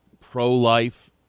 pro-life